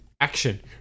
Action